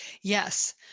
Yes